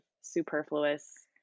superfluous